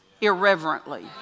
irreverently